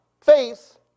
faith